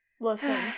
Listen